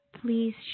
please